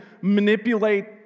manipulate